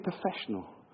professional